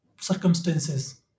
circumstances